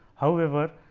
however,